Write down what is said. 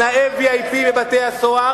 זכויות, VIP בבתי-הסוהר.